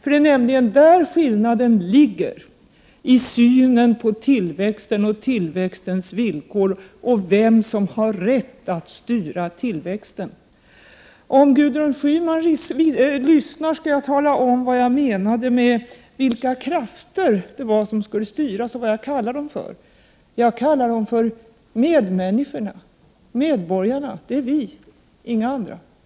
Det är nämligen där skillnaderna ligger i synen på tillväxten och tillväxtens villkor och vem som har rätt att styra tillväxten. Om Gudrun Schyman lyssnar skall jag tala om vad jag kallar de krafter som skall styra. Jag kallar dem för medmänniskorna, medborgarna; det är vi, inga andra.